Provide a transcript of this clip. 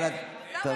אבל תסבירי את החוק.